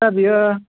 आदसा बियो